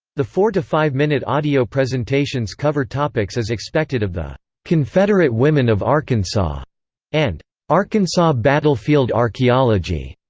the four to five-minute audio presentations cover topics as expected of the confederate women of arkansas and arkansas battlefield archeology.